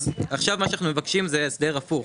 עכשיו מה שאנחנו מבקשים זה הסדר הפוך,